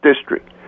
District